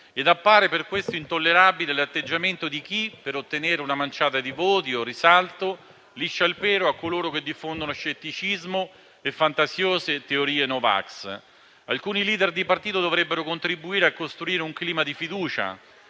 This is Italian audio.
ed appare per questo intollerabile l'atteggiamento di chi, per ottenere una manciata di voti o risalto, liscia il pelo a coloro che diffondono scetticismo e fantasiose teorie no vax. Alcuni *leader* di partito dovrebbero contribuire a costruire un clima di fiducia,